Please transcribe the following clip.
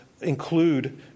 include